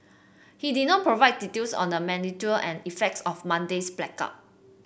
he did not provide details on the magnitude and effects of Monday's blackout